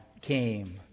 came